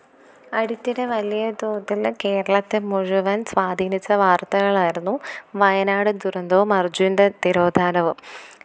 അടുത്തിടെ വലിയ തോതിൽ കേരളത്തെ മുഴുവന് സ്വാധീനിച്ച വാര്ത്തകൾ ആയിരുന്നു വയനാടന് ദുരന്തവും അര്ജുന്റെ തിരോധാനവും